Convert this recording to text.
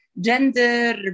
gender